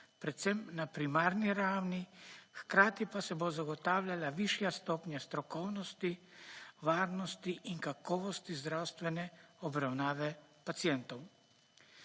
predvsem na primarni ravni, hkrati pa se bo zagotavljala višja stopnja strokovnosti, varnosti in kakovosti zdravstvene obravnave pacientov.